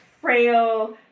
frail